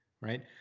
right